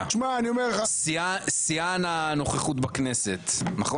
שיאן הנוכחות בכנסת, נכון?